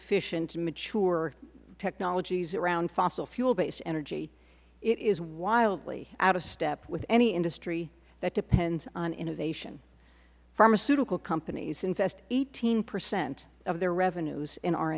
efficient mature technologies around fossil fuel based energy it is wildly out of step with any industry that depends on innovation pharmaceutical companies invest eighteen percent of their revenues